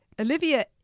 Olivia